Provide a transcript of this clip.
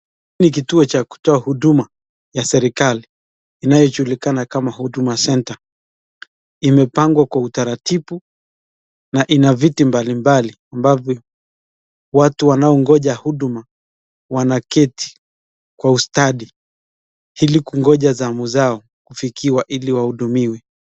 Ni kituo cha kutoa huduma ya serikali inayojulikana kama Huduma Centre, imepangwa kwa utaratibu na ina viti mbalimbali ambavyo watu wanaogoja huduma wanaketi kwa ustadi ili kugoja zamu zoa kufikiwa ili wahudumiwe.